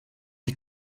die